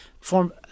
form